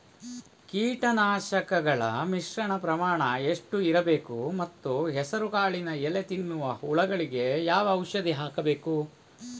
ಕೀಟನಾಶಕಗಳ ಮಿಶ್ರಣ ಪ್ರಮಾಣ ಎಷ್ಟು ಇರಬೇಕು ಮತ್ತು ಹೆಸರುಕಾಳಿನ ಎಲೆ ತಿನ್ನುವ ಹುಳಗಳಿಗೆ ಯಾವ ಔಷಧಿ ಹಾಕಬೇಕು?